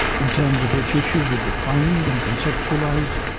in terms of which issues are defined and conceptualised,